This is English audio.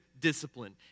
discipline